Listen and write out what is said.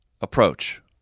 approach